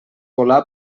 volà